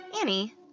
Annie